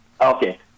Okay